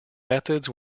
methods